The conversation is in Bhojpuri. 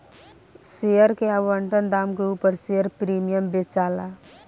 शेयर के आवंटन दाम के उपर शेयर प्रीमियम बेचाला